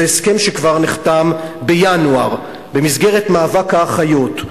זה הסכם שכבר נחתם בינואר במסגרת מאבק האחיות.